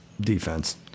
defense